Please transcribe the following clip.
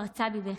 פרצה בבכי,